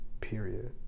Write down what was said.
period